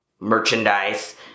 merchandise